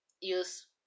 use